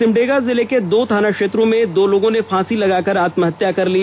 सिमडेगा जिले के दो थानाक्षेत्रों में दो लोगों ने फांसी लगाकर आत्महत्या कर ली